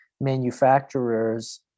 manufacturers